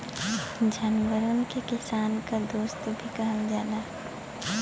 जानवरन के किसान क दोस्त भी कहल जाला